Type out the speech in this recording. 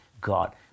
God